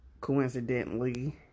coincidentally